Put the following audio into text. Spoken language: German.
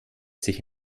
sich